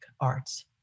arts